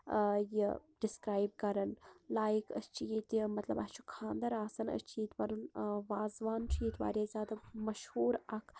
یہِ ڈسکرایب کران لایک أسۍ چھِ ییٚتہ مَطلَب اسہ چھ خاندر آسان أسۍ چھِ پنن وازوان چھُ ییٚتہِ واریاہ زیادٕ مشہور اکھ